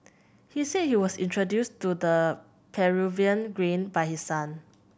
he said he was introduced to the Peruvian grain by his son